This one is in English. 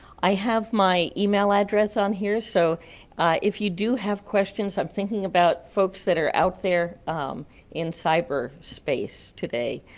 i have my email address on here, so if you do have questions, i'm thinking about folks that are out there in cyberspace today,